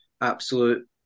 absolute